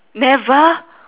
never